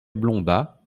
blondats